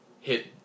hit